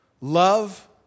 Love